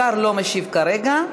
השר לא משיב כרגע.